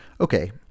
Okay